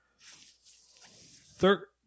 Third